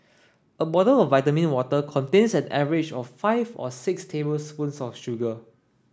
a bottle of vitamin water contains an average of five or six tablespoons of sugar